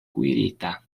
kuirita